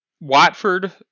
Watford